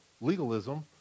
legalism